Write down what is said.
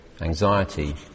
anxiety